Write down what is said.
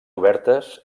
obertes